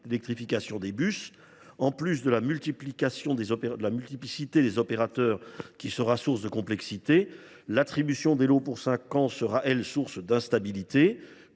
d’électrification des bus. Outre la multiplication des opérateurs, qui sera source de complexité, l’attribution des lots pour cinq ans sera source d’instabilité.